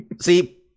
see